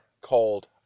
called